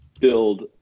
build